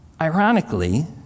Ironically